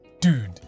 Dude